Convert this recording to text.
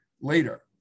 later